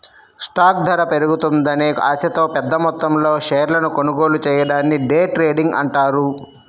stock ధర పెరుగుతుందనే ఆశతో పెద్దమొత్తంలో షేర్లను కొనుగోలు చెయ్యడాన్ని డే ట్రేడింగ్ అంటారు